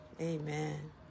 Amen